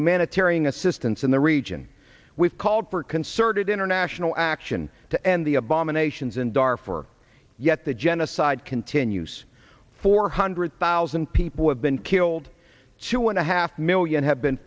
humanitarian assistance in the region we've called for concerted international action to end the abominations in dar for yet the genocide continues four hundred thousand people have been killed two and a half million have been